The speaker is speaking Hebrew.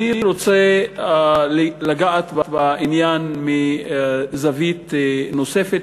אני רוצה לגעת בעניין מזווית נוספת,